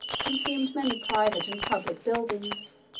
consumed many private and public buildings